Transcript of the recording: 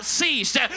ceased